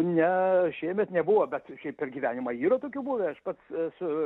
ne šiemet nebuvo bet šiaip per gyvenimą yra tokių buvę aš pats esu